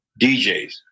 DJs